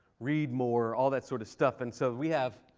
read more, all that sort of stuff. and so we have,